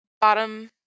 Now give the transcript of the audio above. bottom